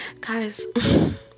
Guys